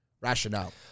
rationale